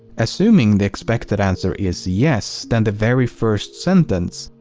assuming the expected answer is yes then the very first sentence.